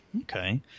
Okay